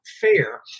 fair